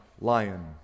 lion